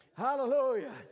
Hallelujah